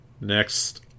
Next